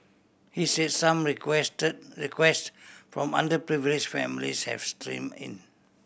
he say some request requests from underprivileged families have stream in